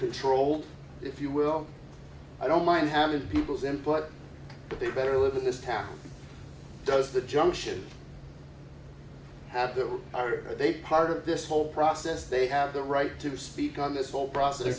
controlled if you will i don't mind having people's input but they better live in this town does the junction have that are they part of this whole process they have the right to speak on this whole process or